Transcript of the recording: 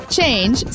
Change